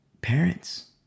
parents